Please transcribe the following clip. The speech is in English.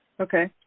Okay